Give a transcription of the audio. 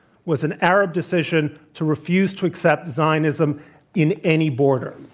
was an arab decision to refuse to accept zionism in any border.